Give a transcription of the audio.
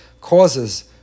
causes